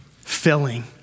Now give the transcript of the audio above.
filling